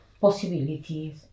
possibilities